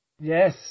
Yes